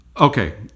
Okay